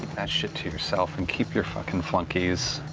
that shit to yourself, and keep your fucking flunkies